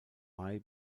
mai